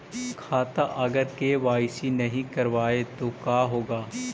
खाता अगर के.वाई.सी नही करबाए तो का होगा?